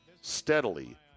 steadily